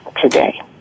today